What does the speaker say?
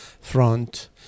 front